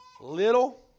Little